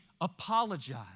apologize